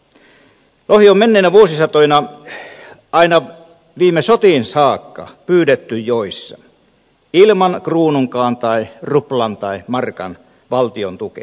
lohta on menneinä vuosisatoina aina viime sotiin saakka pyydetty joissa ilman kruununkaan tai ruplan tai markan valtiontukea